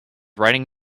writing